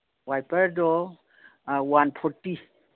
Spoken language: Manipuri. ꯋꯥꯏꯄꯔꯗꯣ ꯋꯥꯟ ꯐꯣꯔꯇꯤ